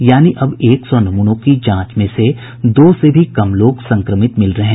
यानि अब एक सौ नमूनों की जांच में दो से भी कम लोग संक्रमित मिल रहे हैं